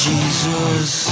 Jesus